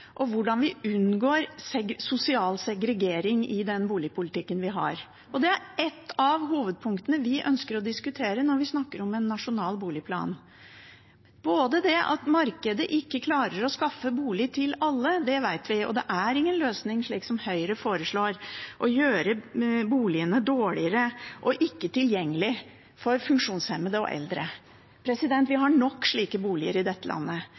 og hvordan vi unngår sosial segregering i den boligpolitikken vi har. Det er et av hovedpunktene vi ønsker å diskutere når vi snakker om en nasjonal boligplan. At markedet ikke klarer å skaffe bolig til alle, vet vi, og det er ingen løsning – som Høyre foreslår – å gjøre boligene dårligere og ikke-tilgjengelige for funksjonshemmede og eldre. Vi har nok slike boliger i dette landet.